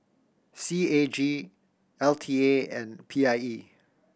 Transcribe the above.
C A G L T A and P I E